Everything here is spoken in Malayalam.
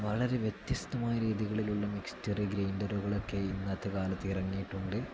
വളരെ വ്യത്യസ്തമായ രീതികളിലുള്ള മിക്സ്ചറ് ഗ്രൈൻഡറുകളൊക്കെ ഇന്നത്തെ കാലത്ത് ഇറങ്ങിയിട്ടുണ്ട്